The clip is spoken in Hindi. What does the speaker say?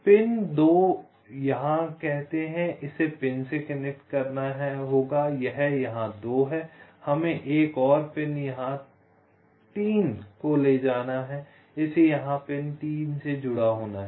पिन 2 यहाँ करते हैं इसे पिन से कनेक्ट करना होगा यहाँ यह 2 है हमें एक और एक पिन 3 यहाँ ले जाना है इसे यहाँ पिन 3 से जुड़ा होना है